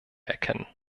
erkennen